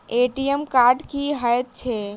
ATM card की हएत छै?